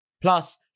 Plus